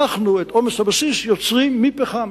אנחנו את עומס הבסיס יוצרים מפחם.